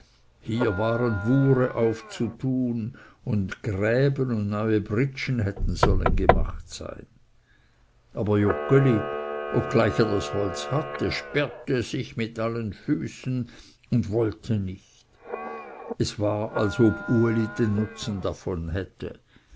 hier waren wuhre aufzutun und graben und neue britschen hätten sollen gemacht sein aber joggeli obgleich er das holz hatte sperrte sich mit allen füßen und wollte nicht es war als ob uli den nutzen davon hätte